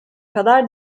kadar